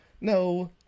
No